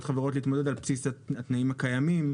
חברות להתמודד על בסיס התנאים הקיימים,